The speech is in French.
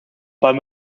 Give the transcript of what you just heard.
parle